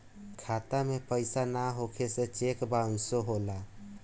खाता में पइसा ना होखे से चेक बाउंसो होला